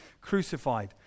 crucified